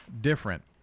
different